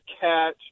catch